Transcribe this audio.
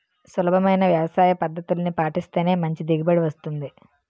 సులభమైన వ్యవసాయపద్దతుల్ని పాటిస్తేనే మంచి దిగుబడి వస్తుంది